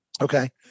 okay